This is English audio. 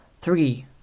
Three